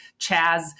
Chaz